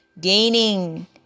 Gaining